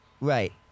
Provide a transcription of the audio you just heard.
Right